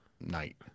night